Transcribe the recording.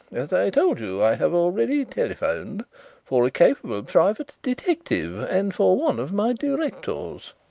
as i told you, i have already telephoned for a capable private detective and for one of my directors.